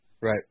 Right